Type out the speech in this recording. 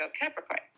Capricorn